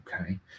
okay